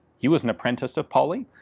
he was an apprentice of pauly.